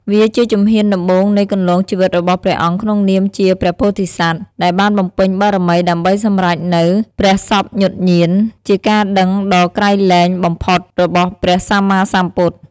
វាជាជំហានដំបូងនៃគន្លងជីវិតរបស់ព្រះអង្គក្នុងនាមជាព្រះពោធិសត្វ ដែលបានបំពេញបារមីដើម្បីសម្រេចនូវព្រះសព្វញុតញ្ញាណ ជាការដឹងដ៏ក្រៃលែងបំផុតរបស់ព្រះសម្មាសម្ពុទ្ធ។